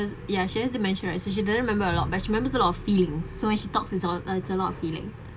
ya she has dementia right so she doesn't remember a lot but she remembers a lot of feelings so when she talks it's all that's a lot of feeling